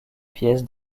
pièce